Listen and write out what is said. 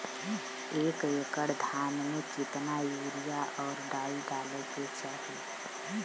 एक एकड़ धान में कितना यूरिया और डाई डाले के चाही?